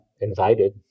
invited